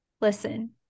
Listen